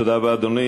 תודה רבה, אדוני.